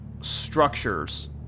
Structures